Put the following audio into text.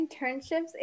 internships